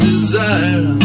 desire